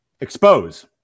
Expose